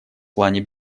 плане